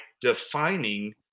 defining